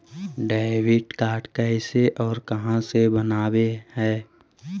Debit card कैसे और कहां से बनाबे है?